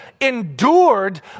endured